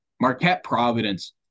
Marquette-Providence